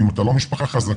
ואם אתה לא משפחה חזקה,